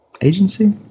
Agency